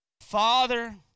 Father